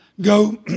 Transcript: go